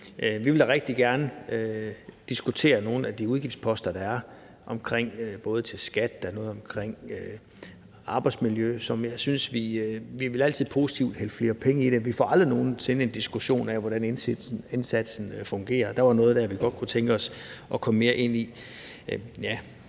Vi vil da rigtig gerne diskutere nogle af de udgiftsposter, der er. Der er både noget til skat, noget omkring arbejdsmiljø, som vi altid positivt vil hælde flere penge i, men vi får aldrig nogen sinde en diskussion af, hvordan indsatsen fungerer. Der var noget der, vi godt kunne tænke os at komme mere ind i.